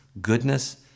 goodness